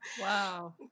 Wow